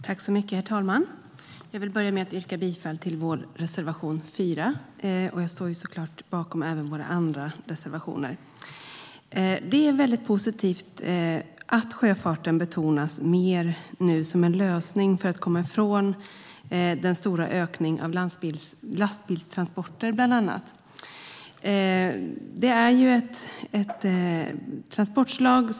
Herr talman! Jag vill börja med att yrka bifall till vår reservation 3. Jag står såklart bakom även våra andra reservationer. Det är positivt att sjöfarten nu betonas mer som en lösning för att komma ifrån den stora ökningen av bland annat lastbilstransporter.